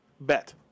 bet